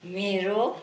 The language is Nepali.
मेरो